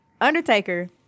Undertaker